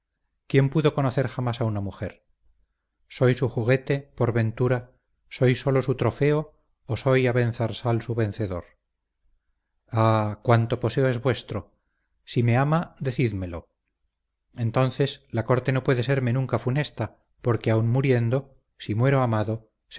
quién pudo conocer jamás a una mujer soy su juguete por ventura soy sólo su trofeo o soy abenzarsal su vencedor ah cuanto poseo es vuestro si me ama decídmelo entonces la corte no puede serme nunca funesta porque aun muriendo si muero amado